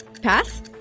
Pass